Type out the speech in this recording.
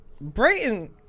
Brayton